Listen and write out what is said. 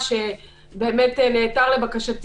שאתמול במליאה,